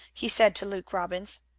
he said to luke robbins.